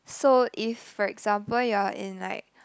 so if for example you're in like